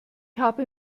habe